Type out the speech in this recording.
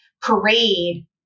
parade